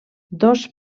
dos